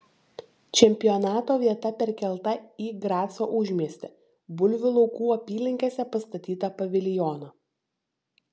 čempionato vieta perkelta į graco užmiestį bulvių laukų apylinkėse pastatytą paviljoną